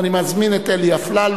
אני מזמין את אלי אפללו.